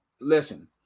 Listen